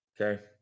Okay